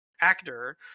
actor